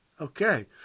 Okay